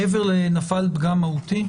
מעבר לנפל פגם מהותי?